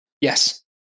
Yes